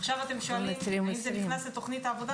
עכשיו אתם שואלים האם זה נכנס לתוכנית העבודה,